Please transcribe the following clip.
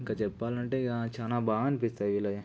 ఇంకా చెప్పాలంటే ఇక చాలా బాగా అనిపిస్తాయి వీళ్ళవి